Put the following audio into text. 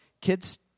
kids